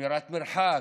שמירת מרחק,